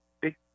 big